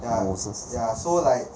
oh 是是是